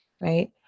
Right